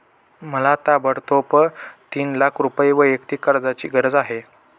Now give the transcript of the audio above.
मला ताबडतोब तीन लाख रुपये वैयक्तिक कर्जाची गरज आहे